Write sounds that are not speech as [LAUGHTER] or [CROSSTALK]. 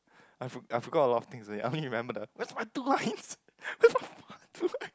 I for~ I forgot a lot of things already I didn't remember the where's my two lines [LAUGHS]